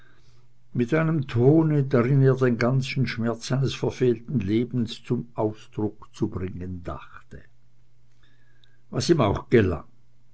mit einem tone drin er den ganzen schmerz eines verfehlten lebens zum ausdruck zu bringen trachtete was ihm auch gelang